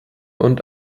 und